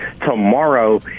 tomorrow